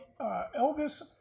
Elvis